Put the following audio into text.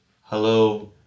Hello